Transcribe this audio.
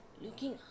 looking